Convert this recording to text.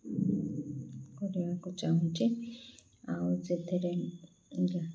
କରିବାକୁ ଚାହୁଁଛି ଆଉ ସେଥିରେ